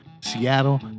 Seattle